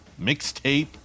mixtape